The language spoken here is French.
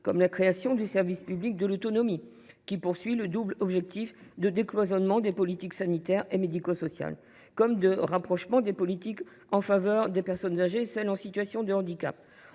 comme la création du service public départemental de l’autonomie qui poursuit le double objectif de décloisonnement des politiques sanitaires et médico sociales, comme de rapprochement des politiques en faveur des personnes âgées et de celles qui sont en situation de handicap.